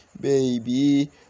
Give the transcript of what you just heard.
Baby